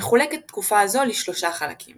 מחולקת תקופה זו לשלושה חלקים